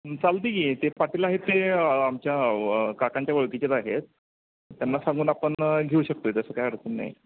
चालतं आहे की ते पाटील आहेत ते आमच्या काकांच्या ओळखीचेच आहेत त्यांना सांगून आपण घेऊ शकतो आहे तसं काही अडचण नाही